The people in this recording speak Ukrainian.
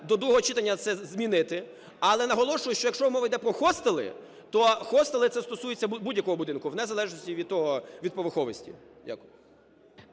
до другого читання це змінити. Але наголошую, що якщо мова іде про хостели, то хостели – це стосується будь-якого будинку, в незалежності від поверховості. Дякую.